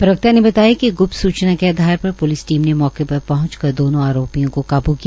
प्रवक्ता ने बताया कि एक ग्प्त सूचना के आधार पर प्लिस टीम ने मौके पर पहंचकर दोनों आरोपियों को काब् किया